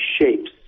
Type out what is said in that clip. shapes